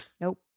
Nope